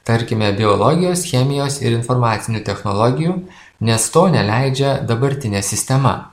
tarkime biologijos chemijos ir informacinių technologijų nes to neleidžia dabartinė sistema